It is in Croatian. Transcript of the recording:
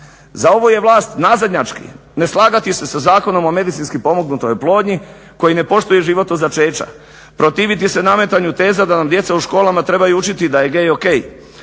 Za ovu je vlast nazadnjački ne slagati se sa Zakonom o medicinski pomognutoj oplodnji koji ne poštuje život od začeća. Protiviti se nametanju teza da nam djeca u školama trebaju učiti da je gay ok,